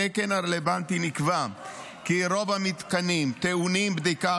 בתקן הרלוונטי נקבע כי רוב המתקנים טעונים בדיקה